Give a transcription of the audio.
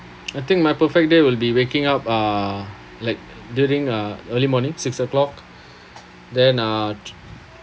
I think my perfect date will be waking up uh like during uh early morning six o'clock then uh